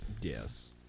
Yes